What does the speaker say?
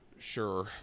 sure